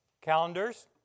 calendars